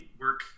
work